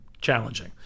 challenging